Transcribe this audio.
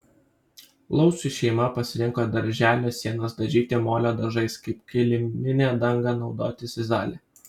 laucių šeima pasirinko darželio sienas dažyti molio dažais kaip kiliminę dangą naudoti sizalį